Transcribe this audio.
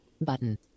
button